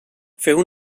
feu